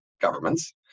governments